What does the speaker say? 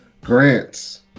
grants